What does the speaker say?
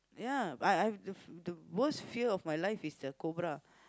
ya I I the the worst fear of my life is the cobra